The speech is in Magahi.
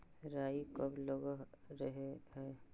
राई कब लग रहे है?